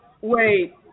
wait